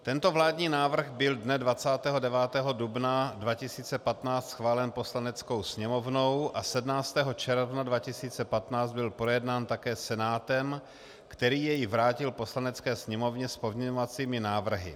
Tento vládní návrh byl dne 29. dubna 2015 schválen Poslaneckou sněmovnou a 17. června 2015 byl projednán také Senátem, který jej vrátil Poslanecké sněmovně s pozměňovacími návrhy.